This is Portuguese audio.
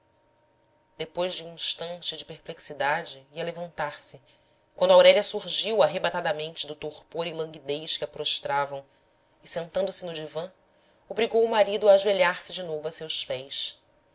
depois de um instante de perplexidade ia levantar-se quando aurélia surgiu arrebatadamente do torpor e languidez que a prostravam e sentando-se no divã obrigou o marido a ajoelhar-se de novo a seus pés